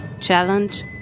challenge